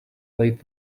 laid